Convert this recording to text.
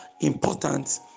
important